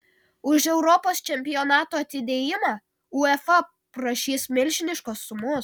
už europos čempionato atidėjimą uefa prašys milžiniškos sumos